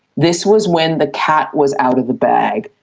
this was when the cat was out of the bag.